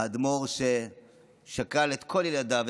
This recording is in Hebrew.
האדמו"ר ששכל את כל ילדיו,